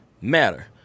matter